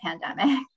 pandemic